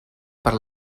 per